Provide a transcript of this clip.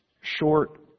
short